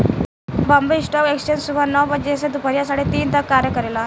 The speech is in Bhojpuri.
बॉम्बे स्टॉक एक्सचेंज सुबह सवा नौ बजे से दूपहरिया साढ़े तीन तक कार्य करेला